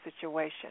situation